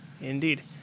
Indeed